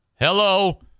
Hello